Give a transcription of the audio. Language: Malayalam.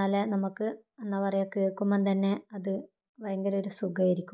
നല്ല നമുക്ക് എന്താ പറയുക കേൾക്കുമ്പം തന്നെ അത് ഭയങ്കര ഒരു സുഖമായിരിക്കും